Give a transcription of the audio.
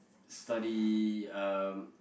study uh